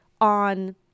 on